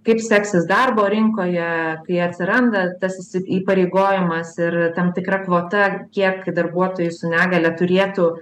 kaip seksis darbo rinkoje kai atsiranda tas įsi įpareigojimas ir tam tikra kvota kiek darbuotojų su negalia turėtų